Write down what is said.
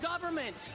government